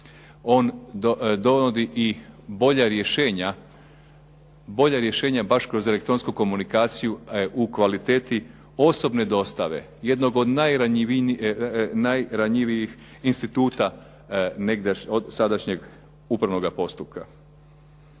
On donosi i bolja rješenja baš kroz elektronsku komunikaciju u kvaliteti osobne dostave. Jednog od najranjivijih instituta sadašnjeg upravnoga postupka.